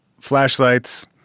flashlights